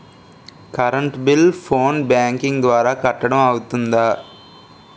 Current bill phone banking ద్వారా కట్టడం అవ్తుందా?